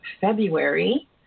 February